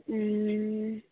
हूँ